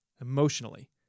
emotionally